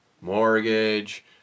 mortgage